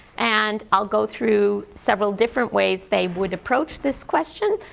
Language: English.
and i'll go through several different ways they would approach this question.